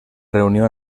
reunió